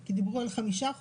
כי דיברו על 5%,